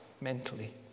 mentally